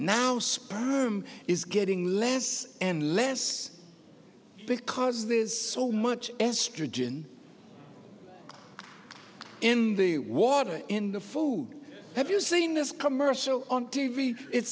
sperm is getting less and less because there is so much estrogen in the water in the food have you seen this commercial on t v it